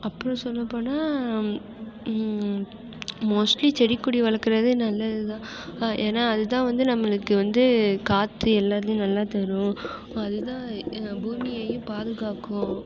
அப்புறம் சொல்லப்போனால் மோஸ்ட்லி செடி கொடி வளர்க்குறது நல்லது தான் ஏன்னால் அது தான் வந்து நம்மளுக்கு வந்து காற்று எல்லாத்துலேயும் நல்லா தரும் அது தான் பூமியையும் பாதுகாக்கும்